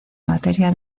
materia